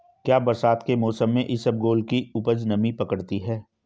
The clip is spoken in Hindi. क्या बरसात के मौसम में इसबगोल की उपज नमी पकड़ती है?